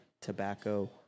tobacco